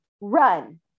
run